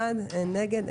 מי נגד?